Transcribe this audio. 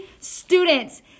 students